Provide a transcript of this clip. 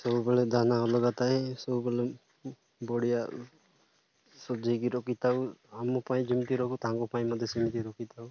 ସବୁବେଳେ ଦାନା ଅଲଗା ଥାଏ ସବୁବେଳେ ବଢ଼ିଆ ସଜାଇକି ରଖିଥାଉ ଆମ ପାଇଁ ଯେମିତି ରଖୁ ତାଙ୍କ ପାଇଁ ମଧ୍ୟ ସେମିତି ରଖିଥାଉ